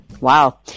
wow